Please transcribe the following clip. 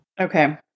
Okay